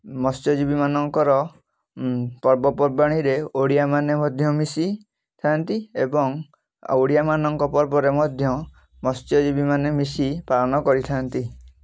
ମତ୍ସ୍ୟଜୀବୀ ମାନଙ୍କର ପର୍ବପର୍ବାଣିରେ ଓଡ଼ିଆ ମାନେ ମଧ୍ୟ ମିଶିଥାଆନ୍ତି ଏବଂ ଓଡ଼ିଆ ମାନଙ୍କ ପର୍ବରେ ମଧ୍ୟ ମତ୍ସ୍ୟଜୀବୀ ମାନେ ମିଶି ପାଳନ କରିଥାନ୍ତି